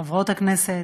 חברות הכנסת,